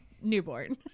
newborn